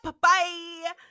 bye